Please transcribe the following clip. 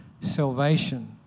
salvation